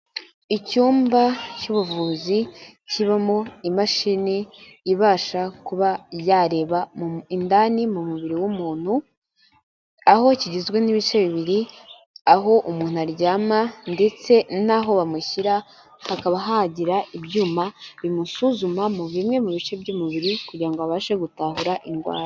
Icyumba cy'ubuvuzi kibamo imashini ibasha kuba yareba indani mu mubiri w'umuntu, aho kigizwe n'ibice bibiri aho umuntu aryama ndetse n'aho bamushyira, hakaba hagira ibyuma bimusuzumamo bimwe mu bice by'umubiri kugira ngo babashe gutahura indwara.